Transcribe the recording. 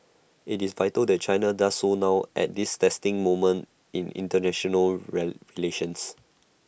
IT is vital that China does so now at this testing moment in International relations